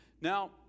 now